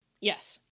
Yes